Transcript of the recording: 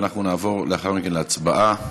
ואנחנו נעבור לאחר מכן להצבעה.